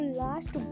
last